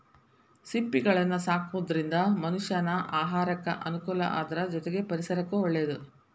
ಸಿಂಪಿಗಳನ್ನ ಸಾಕೋದ್ರಿಂದ ಮನಷ್ಯಾನ ಆಹಾರಕ್ಕ ಅನುಕೂಲ ಅದ್ರ ಜೊತೆಗೆ ಪರಿಸರಕ್ಕೂ ಒಳ್ಳೇದು